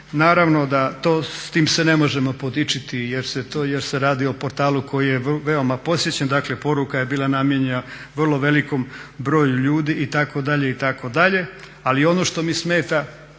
Naravno da s time se ne možemo podičiti jer se radi o portalu koji je veoma posjećen. Dakle poruka je bila namijenjena vrlo velikom broju ljudi itd., itd. Ali ono što mi smeta,